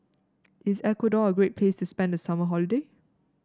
is Ecuador a great place to spend the summer holiday